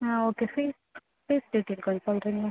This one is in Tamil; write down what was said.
ஆ ஓகே ஃபீஸ் ஃபீஸ் டீட்டைல் கொஞ்சம் சொல்றிங்களா